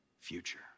future